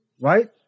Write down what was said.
right